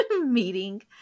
meeting